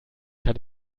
kann